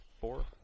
four